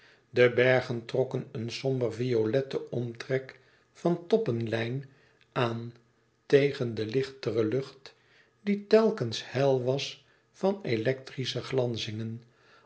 de bergen trokken een somber violetten omtrek van toppenlijn aan tegen de lichtere lucht die telkens hel was van electrische glanzingen